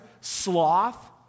sloth